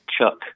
Chuck